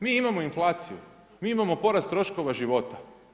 Mi imamo inflaciju, mi imamo porast troškova života.